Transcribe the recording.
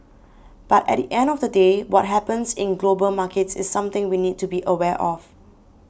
but at the end of the day what happens in global markets is something we need to be aware of